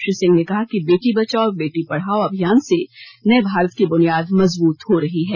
श्री सिंह ने कहा कि बेटी बचाओ बेटी पढाओ अभियान से नये भारत की बुनियाद मजबूत हो रही है